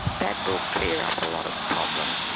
that will clear up a lot of problems.